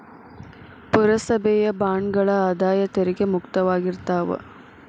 ಪುರಸಭೆಯ ಬಾಂಡ್ಗಳ ಆದಾಯ ತೆರಿಗೆ ಮುಕ್ತವಾಗಿರ್ತಾವ